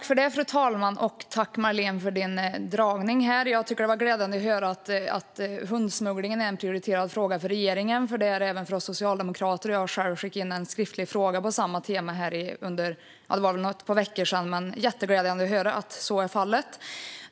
Fru talman! Tack, Marléne, för din föredragning här! Det var glädjande att höra att hundsmugglingen är en prioriterad fråga för regeringen, för det är det även för oss socialdemokrater. Jag har själv skickat in en skriftlig fråga på det temat för ett par veckor sedan. Jätteglädjande att höra att så är fallet!